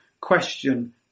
question